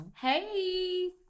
Hey